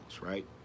right